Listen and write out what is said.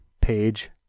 page